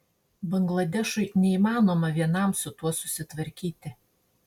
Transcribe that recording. bangladešui neįmanoma vienam su tuo susitvarkyti